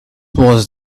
was